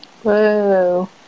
Whoa